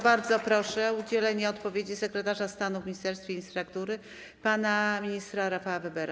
Bardzo proszę o udzielenie odpowiedzi sekretarza stanu w Ministerstwie Infrastruktury pana ministra Rafała Webera.